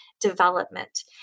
Development